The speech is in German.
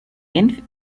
genf